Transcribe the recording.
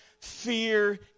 fear